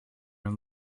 and